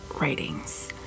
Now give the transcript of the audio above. writings